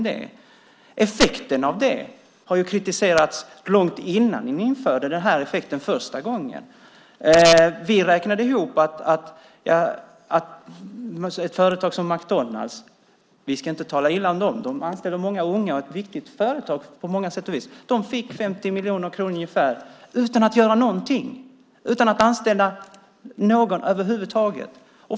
Det har kritiserats långt innan ni införde det. Vi räknade ut att företag som McDonalds - vi ska inte tala illa om dem, de anställer många unga och är ett viktigt företag på många sätt och vis - fick ungefär 50 miljoner kronor utan att göra någonting, utan att anställa någon över huvud taget.